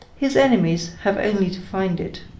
his enemies have only to find it.